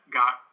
got